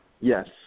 Yes